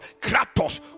Kratos